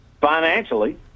financially